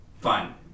Fine